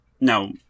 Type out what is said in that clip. no